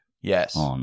Yes